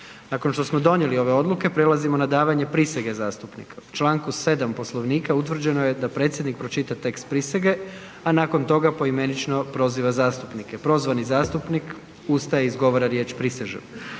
Nakon što smo donijeli ove odluke prelazimo na davanje prisege zastupnika. U čl. 7. Poslovnika utvrđeno je da predsjednik pročita tekst prisege, a nakon toga poimenično proziva zastupnike. Prozvani zastupnik ustaje i izgovara riječ „Prisežem“.